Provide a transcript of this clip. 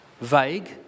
vague